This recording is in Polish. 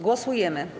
Głosujemy.